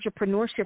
entrepreneurship